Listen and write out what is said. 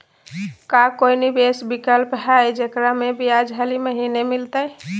का कोई निवेस विकल्प हई, जेकरा में ब्याज हरी महीने मिलतई?